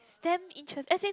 it's damn interest~ as in